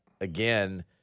again